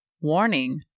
Warning